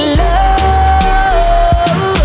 love